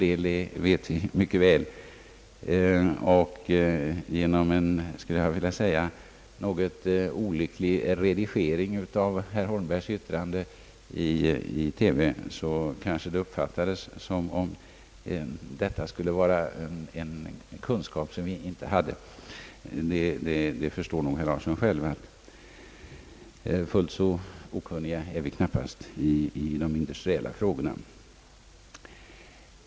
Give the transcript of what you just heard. Det vet vi mycket väl, men genom en, jag skulle vilja säga, något olycklig redigering av herr Holmbergs yttrande i TV kanske det verkade som om detta skulle vara en kunskap som vi inte hade. Det förstår nog herr Lars Larsson själv att vi knappast är fullt så okunniga i de industriella frågorna.